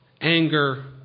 anger